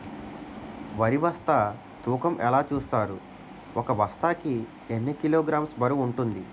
వరి బస్తా తూకం ఎలా చూస్తారు? ఒక బస్తా కి ఎన్ని కిలోగ్రామ్స్ బరువు వుంటుంది?